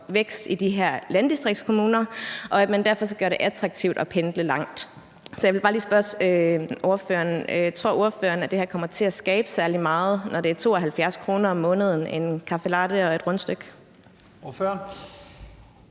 man derfor skal gøre det attraktivt at pendle langt. Så jeg vil bare lige spørge ordføreren: Tror ordføreren, at det her vil komme til at skabe særlig meget, når det er 72 kr. om måneden svarende til en caffe latte og et rundstykke? Kl.